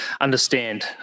understand